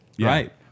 right